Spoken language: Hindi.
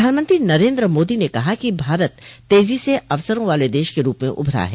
प्रधानमंत्री नरेन्द्र मोदी ने कहा कि भारत तेजी से अवसरों वाले देश के रूप में उभरा है